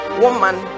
woman